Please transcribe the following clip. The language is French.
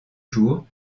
jours